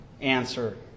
answer